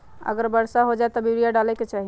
अगर वर्षा हो जाए तब यूरिया डाले के चाहि?